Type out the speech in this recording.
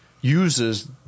uses